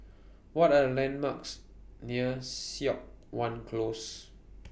What Are The landmarks near Siok Wan Close